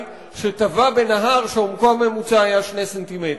שטבע בנהר שעומקו הממוצע היה 2 סנטימטר.